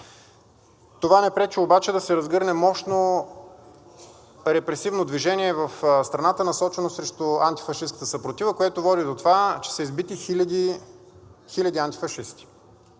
Това не пречи обаче да се разгърне мощно репресивно движение в страната, насочено срещу антифашистката съпротива, което води до това, че са избити хиляди, хиляди антифашисти.